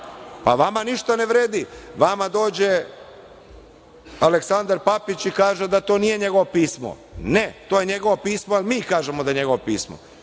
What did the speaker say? stan. Vama ništa ne vredi. Vama dođe Aleksandar Papić i kaže da to nije njegovo pismo. Ne, to je njegovo pismo, jer mi kažemo da je njegovo pismo.